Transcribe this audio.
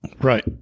Right